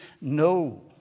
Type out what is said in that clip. No